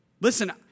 Listen